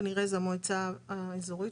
כנראה זה המועצה האזורית,